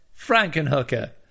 Frankenhooker